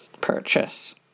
purchase